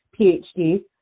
PhD